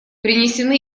принесены